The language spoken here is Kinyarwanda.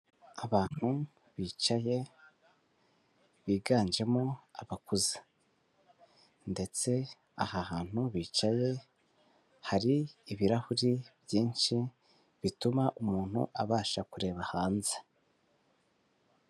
Abantu bicaye biganjemo abakuze ndetse aha hantu bicaye hari ibirahuri byinshi bituma umuntu abasha kureba hanze.